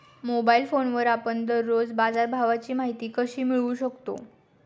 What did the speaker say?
Mobile फोनवर आपण दररोज बाजारभावाची माहिती कशी मिळवू शकतो?